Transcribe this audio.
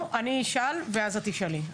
לא, אני אשאל ואז את תשאלי.